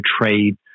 trade